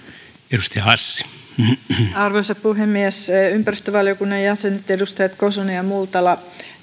arvoisa puhemies ympäristövaliokunnan jäsenet edustajat kosonen ja multala